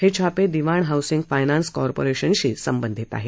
हे छापे Dewan housing finance कॉर्पोरेशनशी संबंधित आहेत